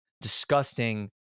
disgusting